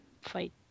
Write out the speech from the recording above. fight